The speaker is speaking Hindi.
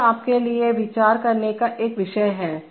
तो यह आपके लिए विचार करने का एक विषय है